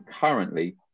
currently